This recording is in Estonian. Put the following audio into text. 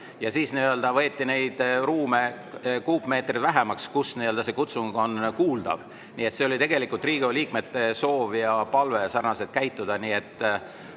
ja siis võeti neid ruume, kuupmeetreid vähemaks, kus see kutsung on kuuldav. Nii et see oli tegelikult Riigikogu liikmete soov ja palve sarnaselt käituda.